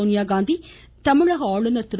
சோனியாகாந்தி தமிழக ஆளுநர் திரு